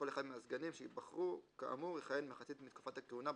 כל אחד מהסגנים שייבחרו כאמור יכהן מחצית מתקופת הכהונה,